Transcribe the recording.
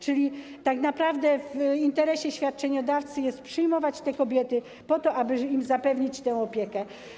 Czyli tak naprawdę w interesie świadczeniodawcy jest przyjmować te kobiety po to, aby im zapewnić tę opiekę.